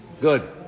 Good